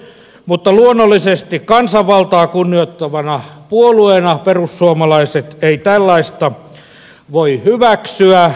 mutta luonnollisesti kansanvaltaa kunnioittavana puolueena perussuomalaiset ei tällaista voi hyväksyä